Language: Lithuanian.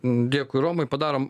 dėkui romui padarom